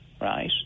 right